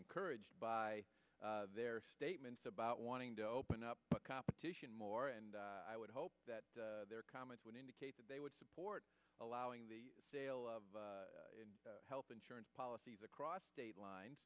encouraged by their statements about wanting to open up competition more and i would hope that their comments would indicate that they would support allowing the sale of health insurance policies across state line